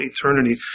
eternity